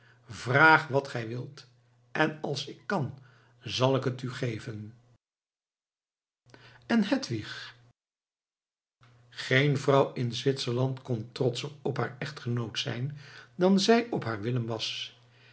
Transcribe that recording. vraag wat gij wilt en als ik kan zal ik het u geven en hedwig geene vrouw in zwitserland kon trotscher op haar echtgenoot zijn dan zij op haar willem was